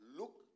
look